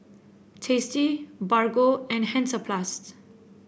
Tasty Bargo and Hansaplast